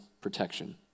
protection